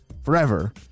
forever